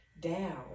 down